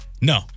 No